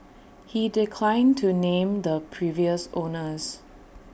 he declined to name the previous owners